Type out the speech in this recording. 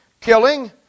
killing